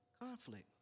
conflict